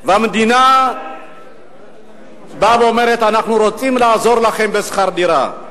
והמדינה באה ואומרת: אנחנו רוצים לעזור לכם בשכר דירה.